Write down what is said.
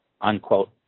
Unquote